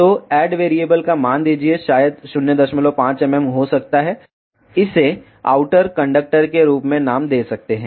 तो add variable का मान दीजिए शायद 05 mm हो सकता है इसे आउटर कंडक्टर के रूप में नाम दे सकते है